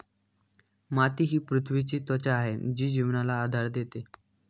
माती ही पृथ्वीची त्वचा आहे जी जीवनाला आधार देते